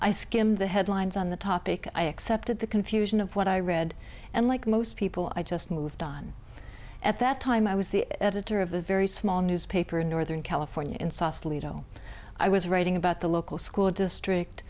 i skim the headlines on the topic i accepted the confusion of what i read and like most people i just moved on at that time i was the editor of a very small newspaper in northern california in sausalito i was writing about the local school district